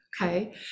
Okay